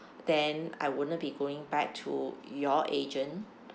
then I wouldn't be going back to your agent